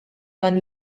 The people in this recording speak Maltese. dan